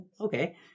okay